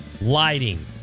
lighting